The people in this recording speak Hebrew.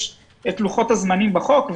יש את לוחות הזמנים בחוק.